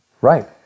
Right